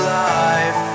life